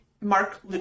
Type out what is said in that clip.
mark